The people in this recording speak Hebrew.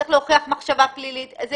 צריך להוכיח מחשבה פלילית.